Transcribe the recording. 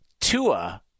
Tua